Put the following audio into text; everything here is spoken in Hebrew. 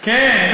כן,